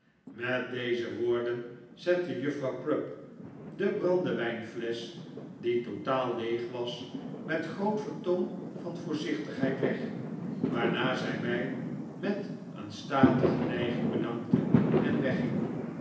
met deze woorden zette juffrouw crupp de brandewijnflesch die totaal leeg was met groot vertoon van voorzichtigheid weg waarna zij mij met een statige nijging bedankte en wegging